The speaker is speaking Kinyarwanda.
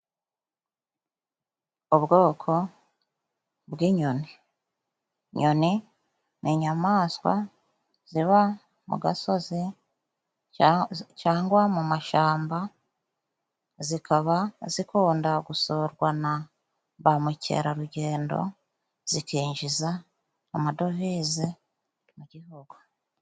Ubwoko bw'inyoni. Inyoni ni inyamaswa ziba mu gasozi cyangwa mu mashyamba, zikaba zikunda gusurwa na ba mukerarugendo zikinjiza amadovize mu Gihugu.